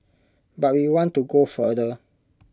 but we want to go further